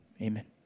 Amen